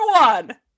one